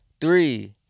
Three